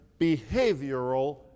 behavioral